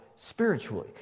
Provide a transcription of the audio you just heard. Spiritually